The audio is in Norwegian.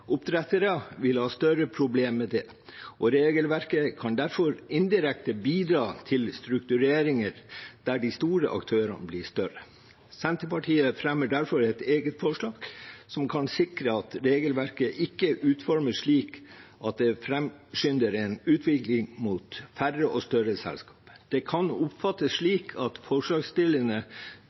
vil ha større problemer med det. Regelverket kan derfor indirekte bidra til struktureringer der de store aktørene blir større. Senterpartiet fremmer sammen med SV og Arbeiderpartiet derfor et eget forslag som kan sikre at regelverket ikke utformes slik at det framskynder en utvikling mot færre og større selskaper. Det kan oppfattes slik at forslagsstillerne